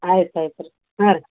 ಆಯ್ತು ಆಯ್ತು ರೀ ಹಾಂ ರೀ